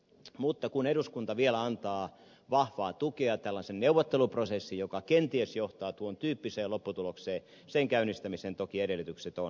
mutta kun eduskunta vielä antaa vahvaa tukea tällaisen neuvotteluprosessin joka kenties johtaa tuon tyyppiseen lopputulokseen käynnistämiseen toki edellytykset on